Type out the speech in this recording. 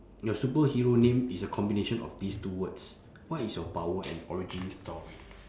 your superhero name is a combination of these two words what is your power and origin story